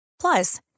Plus